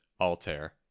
Altair